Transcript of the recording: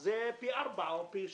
זה שינוי של פי ארבע או פי שלוש.